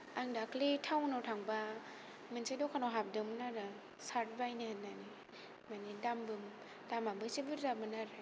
आं दाख्लै थाउनाव थांबा मोनसे दखानाव हाबदोंमोन आरो सार्त बायनो होन्नानै माने दामबो दामाबो इसे बुर्जामोन आरो